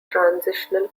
transitional